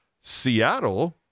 Seattle